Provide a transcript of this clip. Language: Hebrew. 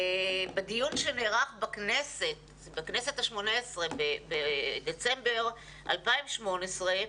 בדיון שנערך בכנסת, בדצמבר 2018,